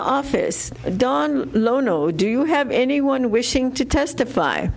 office don lono do you have anyone wishing to testify